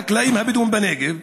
לחקלאים הבדואים בנגב.